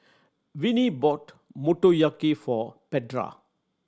Vennie bought Motoyaki for Petra